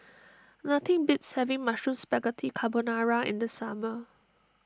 nothing beats having Mushroom Spaghetti Carbonara in the summer